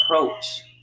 approach